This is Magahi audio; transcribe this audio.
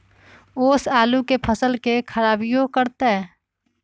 ओस आलू के फसल के खराबियों करतै?